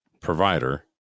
provider